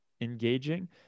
engaging